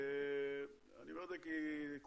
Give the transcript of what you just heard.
רק הם מתעסקים בכריש ותנין.